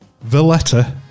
Valletta